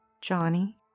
Johnny